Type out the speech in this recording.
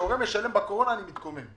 כשהורה משלם בקורונה אני מתקומם.